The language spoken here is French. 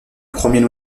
premier